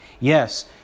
Yes